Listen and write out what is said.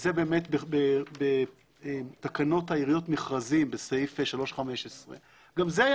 וזה בתקנות העיריות מכרזים בסעיף 3(15). גם זה היו